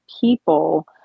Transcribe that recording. people